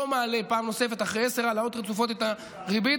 מעלה פעם נוספת אחרי עשר העלאות רצופות את הריבית,